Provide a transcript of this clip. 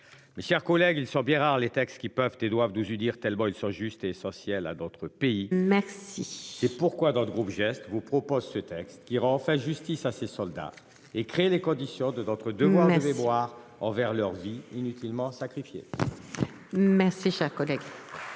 Mes chers collègues, ils sont bien rares. Les textes qui peuvent et doivent nous unir tellement ils sont juste et essentielle à d'autres pays merci. C'est pourquoi dans le groupe geste vous propose ce texte, qui rend enfin justice à ses soldats et créer les conditions de notre devoir mémoire envers leurs vies inutilement sacrifié. Merci cher collègue.